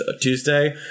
Tuesday